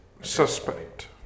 suspect